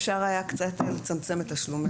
אפשר היה קצת לצמצם את תשלומי ההורים.